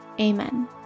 amen